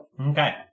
Okay